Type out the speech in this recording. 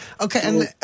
Okay